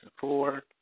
four